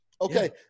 Okay